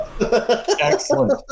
Excellent